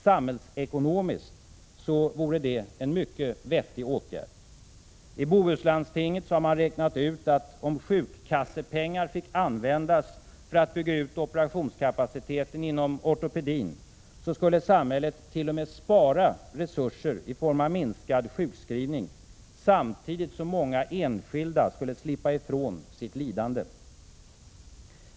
Samhällsekonomiskt vore det en vettig åtgärd. I Bohuslandstinget har man räknat ut att om sjukkassepengar fick användas för att bygga ut operationskapaciteten inom ortopedi, skulle samhället t.o.m. spara resurser i form av minskad sjukskrivning, samtidigt som många enskilda skulle slippa ifrån sitt lidande.